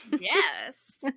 yes